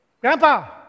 Grandpa